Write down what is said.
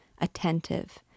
attentive